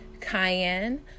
Cayenne